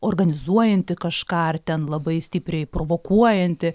organizuojanti kažką ar ten labai stipriai provokuojanti